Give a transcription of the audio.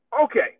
Okay